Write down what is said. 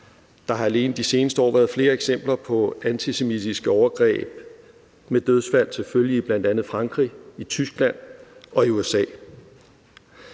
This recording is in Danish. Der har alene i de seneste år været flere eksempler på antisemitiske overgreb med dødsfald til følge i bl.a. Frankrig, Tyskland og USA.